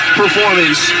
performance